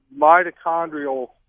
mitochondrial